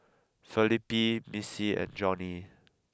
Felipe Missie and Johnnie